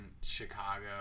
chicago